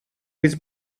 with